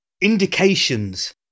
indications